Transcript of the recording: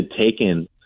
taken